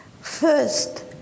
first